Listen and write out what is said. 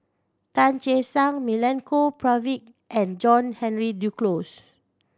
Tan Che Sang Milenko Prvacki and John Henry Duclos